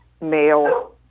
male